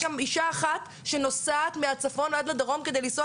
יש אישה אחת שנוסעת מהצפון עד לדרום כדי לנסוע